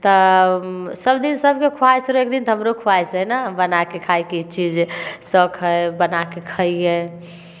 तऽ सभदिन सभके ख्वाइश रहै छै एक दिन तऽ हमरो ख्वाइश हइ ने बनाए कऽ खायके ई चीज शौक हइ बना कऽ खइयै